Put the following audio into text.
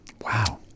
Wow